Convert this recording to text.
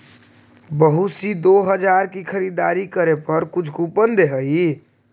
बहुत सी दो हजार की खरीदारी करे पर कुछ कूपन दे हई